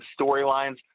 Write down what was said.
storylines